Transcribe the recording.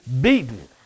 beaten